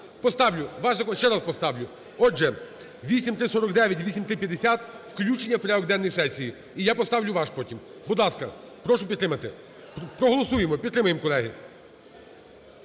закон ще раз поставлю. Отже, 8349 і 8350 - включення в порядок денний сесії. І я поставлю ваш потім. Будь ласка, прошу підтримати. Проголосуємо, підтримаємо, колеги.